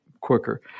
quicker